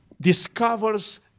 discovers